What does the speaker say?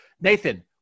Nathan